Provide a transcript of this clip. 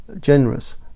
generous